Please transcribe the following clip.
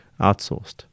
outsourced